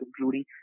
including